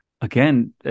Again